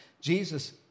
Jesus